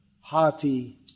hearty